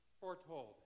foretold